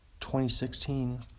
2016